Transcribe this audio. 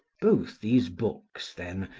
both these books, then,